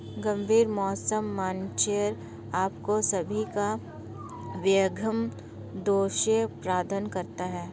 गंभीर मौसम मानचित्र आपको सभी का विहंगम दृश्य प्रदान करता है